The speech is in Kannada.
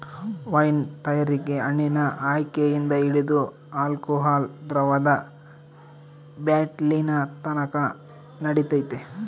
ವೈನ್ ತಯಾರಿಕೆ ಹಣ್ಣಿನ ಆಯ್ಕೆಯಿಂದ ಹಿಡಿದು ಆಲ್ಕೋಹಾಲ್ ದ್ರವದ ಬಾಟ್ಲಿನತಕನ ನಡಿತೈತೆ